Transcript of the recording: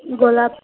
ଗୋଲାପ